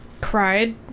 cried